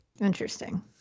Interesting